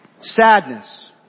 sadness